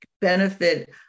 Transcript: benefit